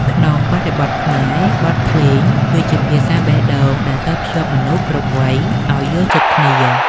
ក្នុងបរិបទខ្មែរ បទភ្លេងគឺជាភាសាបេះដូងដែលតភ្ជាប់មនុស្សគ្រប់វ័យឱ្យយល់ចិត្តគ្នា។